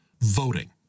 voting